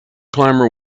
climber